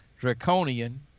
Draconian